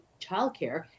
childcare